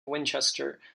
winchester